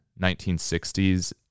1960s